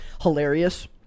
hilarious